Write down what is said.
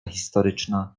historyczna